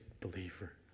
believer